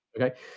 okay